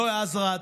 נוי עוזרד,